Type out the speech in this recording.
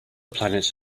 planets